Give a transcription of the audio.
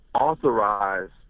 authorized